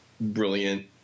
Brilliant